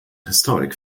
historic